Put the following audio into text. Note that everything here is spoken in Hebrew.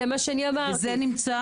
זה נמצא